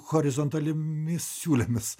horizontaliomis siūlėmis